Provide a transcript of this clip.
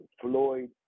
Floyd